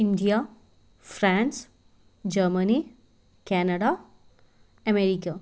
India France Germany Canada America